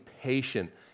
patient